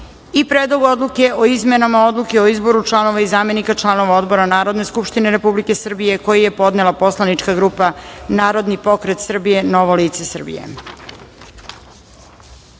Predlog odluke o izmenama Odluke o izboru članova i zamenika članova odbora Narodne skupštine Republike Srbije, koji je podnela Poslanička grupa Narodni pokret Srbije – Novo lice Srbije. Narodni